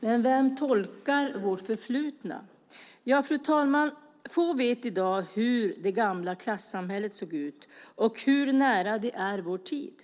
Men vem tolkar vårt förflutna?" Fru talman! Få vet i dag hur det gamla klassamhället såg ut och hur nära det är vår tid.